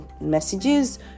messages